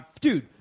dude